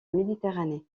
méditerranée